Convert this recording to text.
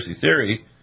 theory